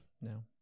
No